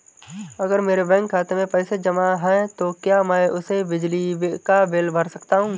अगर मेरे बैंक खाते में पैसे जमा है तो क्या मैं उसे बिजली का बिल भर सकता हूं?